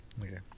Okay